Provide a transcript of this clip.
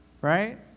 right